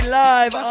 live